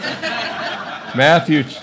Matthew